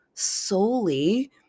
solely